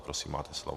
Prosím, máte slovo.